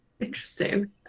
interesting